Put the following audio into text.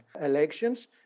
elections